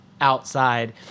outside